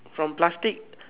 from plastic